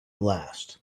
last